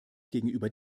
gegenüber